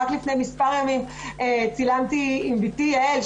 רק לפני מספר ימים צילמתי עם בתי יעל,